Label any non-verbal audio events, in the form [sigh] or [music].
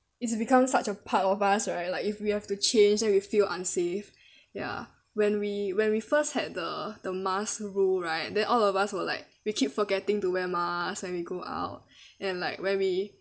it's become such a part of us right like if we have to change then we feel unsafe ya when we when we first had the the mask rule right then all of us were like we keep forgetting to wear mask when we go out [breath] and like when we